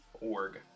org